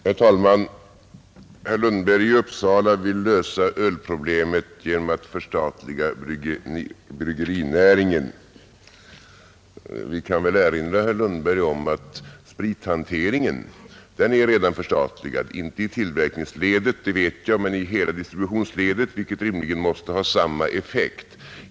Herr talman! Herr Lundberg i Uppsala vill lösa ölproblemet genom att förstatliga bryggerinäringen. Vi kan erinra herr Lundberg om att sprithanteringen redan är förstatligad — inte i tillverkningsledet men i hela distributionsledet, vilket rimligen måste ha samma effekt.